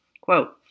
quote